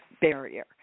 barrier